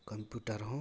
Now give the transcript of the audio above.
computer ᱦᱚᱸ